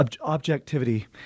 objectivity